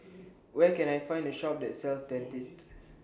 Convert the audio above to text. Where Can I Find A Shop that sells Dentiste